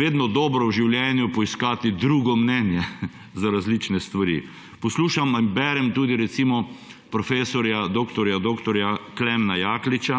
vedno dobro v življenju poiskati drugo mnenje za različne stvari. Poslušam in berem recimo profesorja dr. dr. Klemna Jakliča,